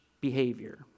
behavior